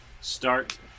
start